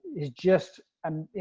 is just, um